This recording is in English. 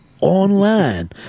online